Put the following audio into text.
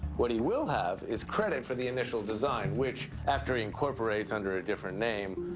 what he will have is credit for the initial design, which after he incorporates under a different name,